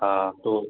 हाँ तो